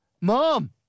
Mom